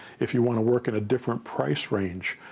if you want to work in a different price range,